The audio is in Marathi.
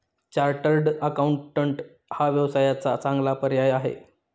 चार्टर्ड अकाउंटंट हा व्यवसायाचा चांगला पर्याय आहे